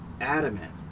adamant